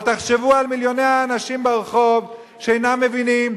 אבל תחשבו על מיליוני האנשים ברחוב שאינם מבינים,